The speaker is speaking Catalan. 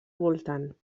voltant